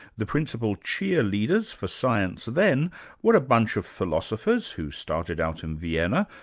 the principal cheerleaders for science then were a bunch of philosophers, who started out in vienna,